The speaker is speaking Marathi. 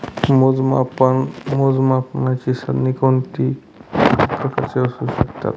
मोजमापनाची साधने किती प्रकारची असू शकतात?